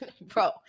Bro